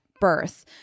birth